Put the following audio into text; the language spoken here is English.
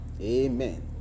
Amen